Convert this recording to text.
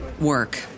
work